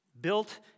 built